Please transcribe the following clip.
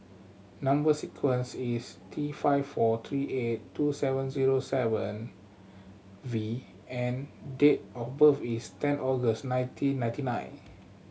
number sequence is T five four three eight two seven zero seven V and date of birth is ten August nineteen ninety nine